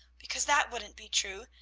because that wouldn't be true,